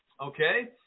okay